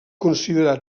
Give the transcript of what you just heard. considerar